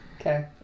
Okay